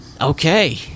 Okay